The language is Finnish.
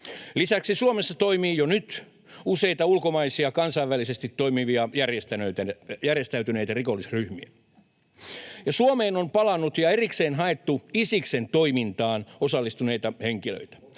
Lisäksi Suomessa toimii jo nyt useita ulkomaisia kansainvälisesti toimivia järjestäytyneitä rikollisryhmiä, ja Suomeen on palannut ja erikseen haettu Isiksen toimintaan osallistuneita henkilöitä.